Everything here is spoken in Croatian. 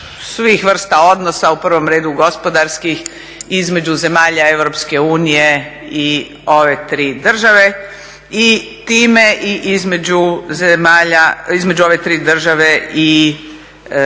svih vrsta odnosa, u prvom redu gospodarskih između zemalja EU i ove tri države. I time i između ove tri države i